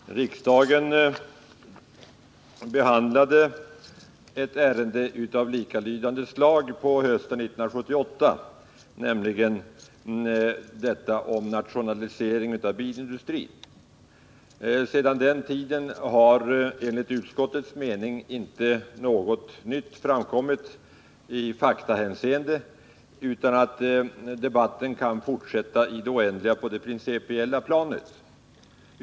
Herr talman! Riksdagen behandlade ett liknande ärende hösten 1978, nämligen nationalisering av bilindustrin. Enligt utskottets mening har det 67 sedan dess inte framkommit något nytt i faktahänseende. Debatten kan däremot fortsätta i det oändliga på det principiella planet.